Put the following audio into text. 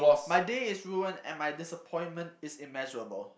my day is ruined and my disappointment is immeasurable